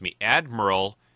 Admiral